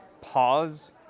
pause